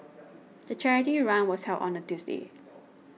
the charity run was held on a Tuesday